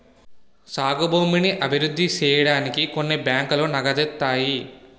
సాగు భూమిని అభివృద్ధి సేయడానికి కొన్ని బ్యాంకులు నగదిత్తాయి